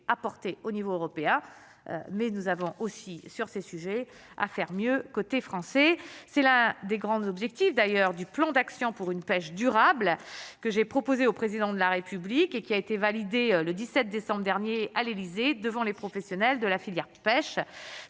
à porter au niveau européen, mais nous avons aussi sur ces sujets à faire mieux, côté français, c'est la des grands objectifs d'ailleurs du plan d'action pour une pêche durable que j'ai proposé au président de la République et qui a été validée le 17 décembre dernier à l'Élysée devant les professionnels de la filière pêche